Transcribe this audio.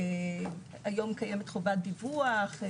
היום קיימת חובת דיווח.